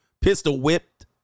Pistol-whipped